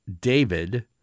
David –